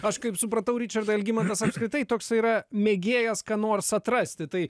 aš kaip supratau ričardą algimantas apskritai toks yra mėgėjas ką nors atrasti tai